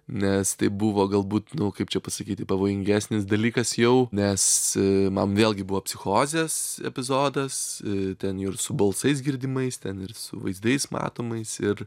nes tai buvo galbūt nu kaip čia pasakyti pavojingesnis dalykas jau nes man vėlgi buvo psichozės epizodas ten jau ir su balsais girdimais ten ir su vaizdais matomais ir